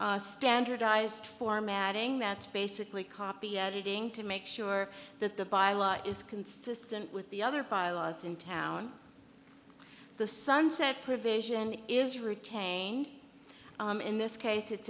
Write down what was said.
include standardized formatting that basically copy editing to make sure that the by law is consistent with the other bylaws in town the sunset provision is retained in this case it's